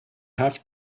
have